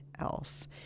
else